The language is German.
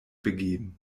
begeben